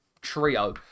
trio